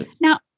Now